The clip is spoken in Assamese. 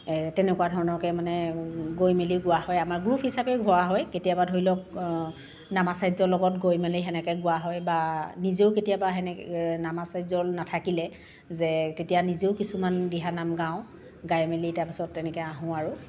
তেনেকুৱা ধৰণৰকৈ মানে গৈ মেলি গোৱা হয় আমাৰ গ্ৰুপ হিচাপে গোৱা হয় কেতিয়াবা ধৰি লওক নামাচাৰ্যৰ লগত গৈ মেলি সেনেকৈ গোৱা হয় বা নিজেও কেতিয়াবা সেনে নামাচাৰ্য নাথাকিলে যে তেতিয়া নিজেও কিছুমান দিহানাম গাওঁ গাই মেলি তাপিছত তেনেকৈ আহোঁ আৰু